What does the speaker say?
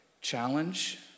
challenge